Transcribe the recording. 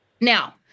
Now